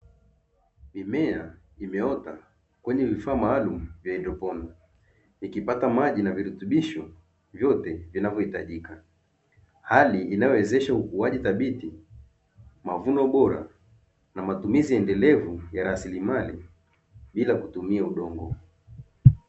Mimea imeota kwenye vifaa maalumu vya haidroponi, ikipata maji na virutubisho vyote vinavyohitajika, hali inayowezesha ukuaji thabiti, mavuno bora na matumizi endelevu ya raslimali bila kutumia udongo.